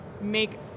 make